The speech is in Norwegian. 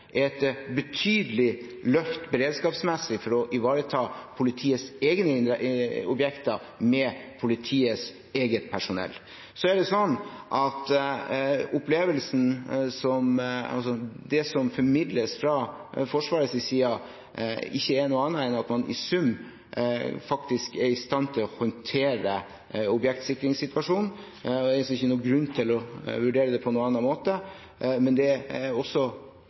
et betydelig løft beredskapsmessig for å ivareta politiets egne objekter med politiets eget personell. Det som formidles fra Forsvarets side, er ikke noe annet enn at man i sum faktisk er i stand til å håndtere objektsikringssituasjonen. Jeg ser ikke noen grunn til å vurdere det på noen annen måte. Men det er